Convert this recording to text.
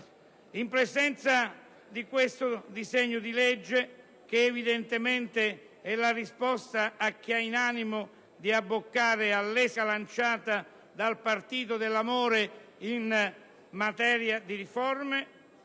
In presenza di tale disegno di legge, che evidentemente è la risposta a chi ha in animo di abboccare all'esca lanciata dal partito dell'amore in materia di riforme,